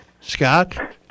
Scott